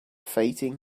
fighting